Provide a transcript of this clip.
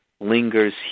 lingers